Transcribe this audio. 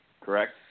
correct